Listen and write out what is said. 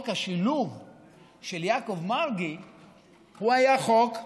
בוא נגיד ככה,